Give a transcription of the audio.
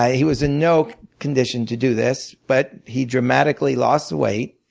ah he was in no condition to do this but he dramatically lost the weight.